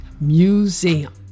Museum